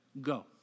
go